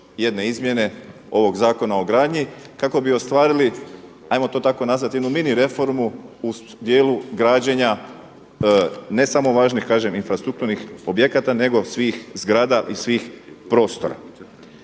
jedne izmjene ovog Zakona o gradnji kako bi ostvarili, ajmo to tako nazvati jednu Ministarstvo reformu u dijelu građenja ne samo važnih infrastrukturnih objekata nego svih zgrada i svih prostora.